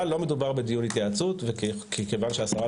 לא מדובר בדיון התייעצות וכיוון שהשרה